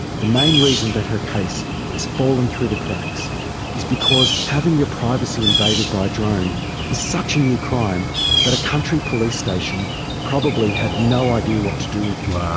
the main reason that her case has fallen through the cracks is because having your privacy invaded by a drone is such a new crime that a country police station probably had no idea what to do with it.